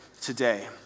today